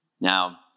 Now